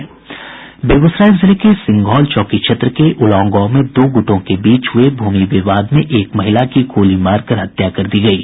बेगूसराय जिले के सिंघौल चौकी क्षेत्र के उलाव गांव में दो गुटों के बीच हुए भूमि विवाद में एक महिला की गोली मारकर हत्या कर दी गयी